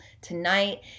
tonight